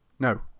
No